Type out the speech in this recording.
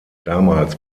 damals